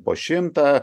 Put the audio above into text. po šimtą